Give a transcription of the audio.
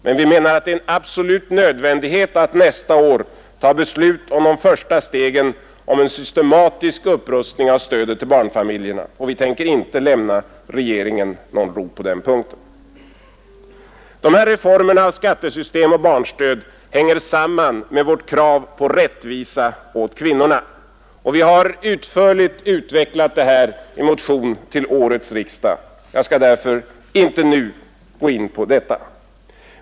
Men vi menar att det är en absolut nödvändighet att nästa år fatta beslut om de första stegen mot en systematisk upprustning av stödet till barnfamiljerna, och vi tänker inte lämna regeringen någon ro på den punkten. De här reformerna av skattesystem och barnstöd hänger samman med vårt krav på rättvisa åt kvinnorna. Vi har utförligt utvecklat detta i motion till årets riksdag, och jag skall därför inte nu gå in på saken.